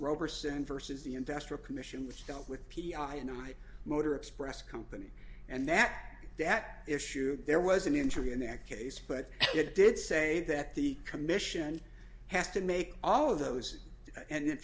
roberson versus the investor commission which dealt with p d i and i motor express company and that the at issue there was an injury in that case but it did say that the commission has to make all of those and in